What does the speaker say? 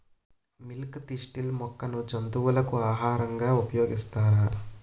Milk thistle మొక్కను జంతువులకు ఆహారంగా ఉపయోగిస్తారా?